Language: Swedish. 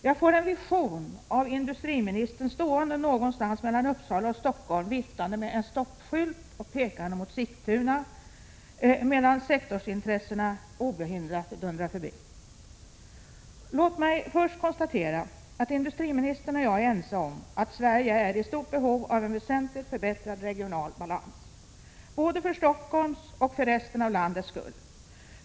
Jag får en vision av industriministern stående någonstans mellan Uppsala och Stockholm viftande med en stoppskylt och pekande mot Sigtuna medan sektorsintressena obehindrat dundrar förbi. Låt mig först konstatera att industriministern och jag är ense om att Sverige är i stort behov av en väsentligt förbättrad regional balans, både för Stockholms och för det övriga landets skull.